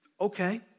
Okay